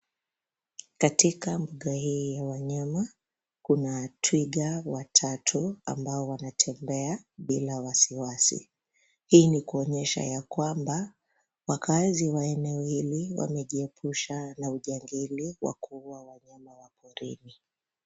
Katika mbuga hii ya wanyama, kuna twiga watatu ambao wanatembea bila wasiwasi. Hii ni kuonyesha ya kwamba wakazi wa eneo hili wamejiepusha na ujangili wa kuua wanyama wa porini.